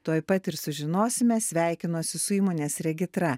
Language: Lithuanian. tuoj pat ir sužinosime sveikinuosi su įmonės regitra